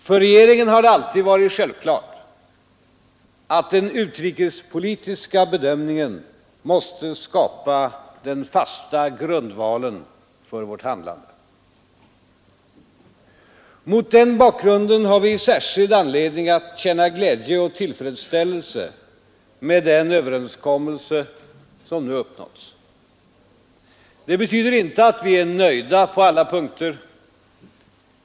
För regeringen har det alltid varit självklart att den Avtal med EEC, m.m. utrikespolitiska bedömningen måste skapa den fasta grundvalen för vårt handlande. Mot den bakgrunden har vi särskild anledning att känna glädje över och tillfredsställelse med den överenskommelse som nu har uppnåtts. Det betyder inte att vi är nöjda på alla punkter.